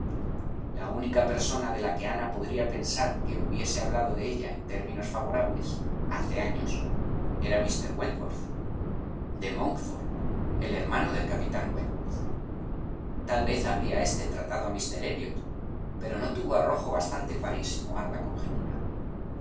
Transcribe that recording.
la única persona de la que ana podría pensar que hubiese hablado de ella en términos favorables hace años era míster wentworth de monkford el hermano del capitán wentworth tal vez habría éste tratado a míster elliot pero no tuvo arrojo bastante para insinuar la conjetura